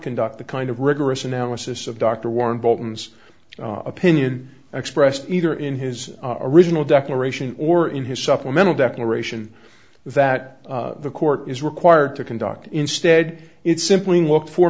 conduct the kind of rigorous analysis of dr warren bolton's opinion expressed either in his original declaration or in his supplemental declaration that the court is required to conduct instead it's simply look for